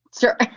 Sure